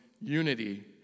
unity